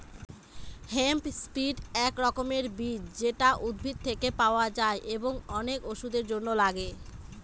hemp seed এক রকমের বীজ যেটা উদ্ভিদ থেকে পাওয়া যায় এবং অনেক ওষুধের জন্য লাগে